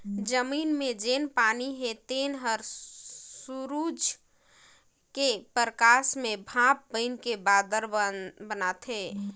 जमीन मे जेन पानी हे तेन हर सुरूज के परकास मे भांप बइनके बादर बनाथे